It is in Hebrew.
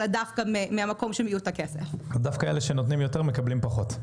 דווקא אלה שנותנים יותר מקבלים פחות.